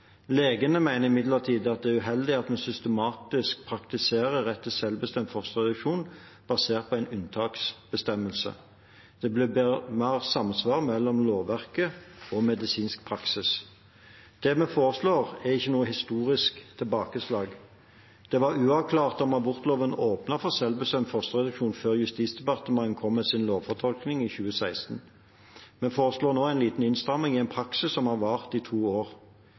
Legene mener imidlertid at det er uheldig at vi systematisk praktiserer rett til selvbestemt fosterreduksjon basert på en unntaksbestemmelse. Det bør bli mer samsvar mellom lovverket og medisinsk praksis. Det vi foreslår, er ikke noe historisk tilbakeslag. Det var uavklart om abortloven åpnet for selvbestemt fosterreduksjon før Justisdepartementet kom med sin lovfortolkning i 2016. Vi foreslår nå en liten innstramming i en praksis som har vart i to år.